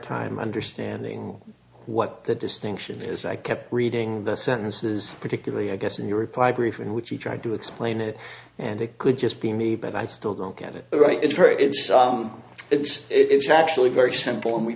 time understanding what the distinction is i kept reading the sentences particularly i guess in your reply brief in which you tried to explain it and it could just be me but i still don't get it right it's very it's it's it's actually very simple and we